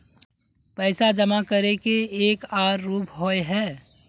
पैसा जमा करे के एक आर रूप होय है?